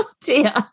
dear